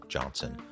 Johnson